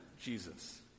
Jesus